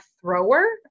thrower